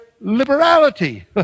liberality